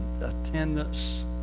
attendance